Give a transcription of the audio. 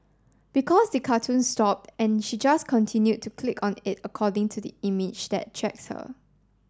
because the cartoon stopped and she just continued to click on it according to the image that attracts her